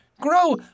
Grow